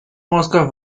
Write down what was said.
mosca